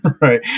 Right